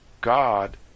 God